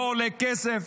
לא עולה כסף.